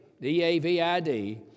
D-A-V-I-D